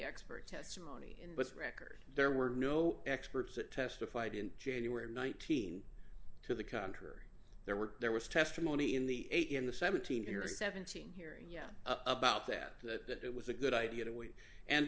expert testimony in but record there were no experts that testified in january nineteen to the contrary there were there was testimony in the eight in the seventeen yr seventeen hearing yet about that that it was a good idea to wait and